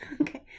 Okay